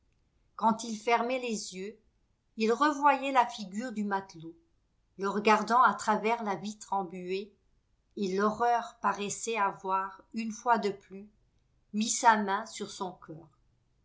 quand il fermait les yeux il revoyait la ligure du matelot le regardant à travers la vitre embuée et l'horreur paraissait avoir une fois de plus mis sa main sur son cœur